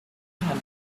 handled